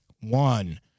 one